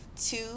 two